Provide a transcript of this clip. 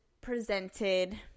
presented